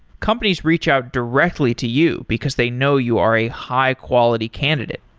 companies reach out directly to you, because they know you are a high-quality candidate.